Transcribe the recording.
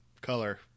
color